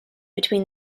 between